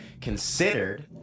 considered